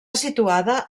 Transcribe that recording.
situada